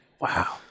Wow